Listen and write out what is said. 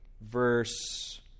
verse